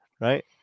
right